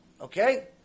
Okay